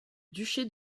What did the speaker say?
duché